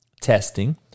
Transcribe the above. testing